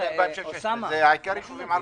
יישובים ערביים.